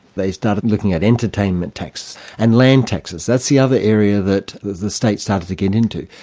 they started looking at entertainment tax and land taxes, that's the other area that the states started to get into,